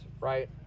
right